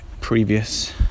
previous